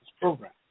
program